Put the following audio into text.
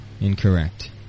Incorrect